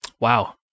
Wow